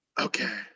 Okay